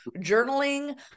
journaling